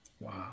Wow